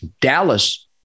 Dallas